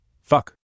Fuck